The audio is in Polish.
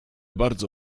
bardzo